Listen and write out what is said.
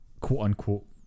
quote-unquote